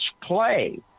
play